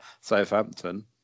Southampton